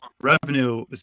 revenue